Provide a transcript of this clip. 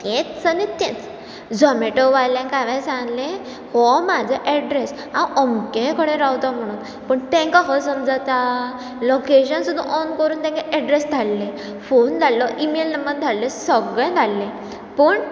तेंच आनी तेंच झोमेटोवाल्यांक हांवें सांगलें हो म्हाजो एड्रेस हांव अमके कडेन रावता म्हणून पूण तांकां खंय समजता लोकेशन सुद्दां ऑन करून तांकां एड्रेस धाडलें फोन धाडलो इमेल नंबर धाडली सगलें धाडलें पूण